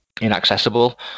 inaccessible